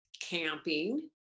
Camping